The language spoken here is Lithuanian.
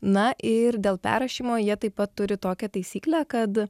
na ir dėl perrašymo jie taip pat turi tokią taisyklę kad